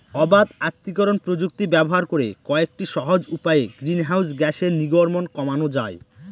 অবাত আত্তীকরন প্রযুক্তি ব্যবহার করে কয়েকটি সহজ উপায়ে গ্রিনহাউস গ্যাসের নির্গমন কমানো যায়